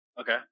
Okay